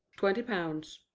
twenty pounds.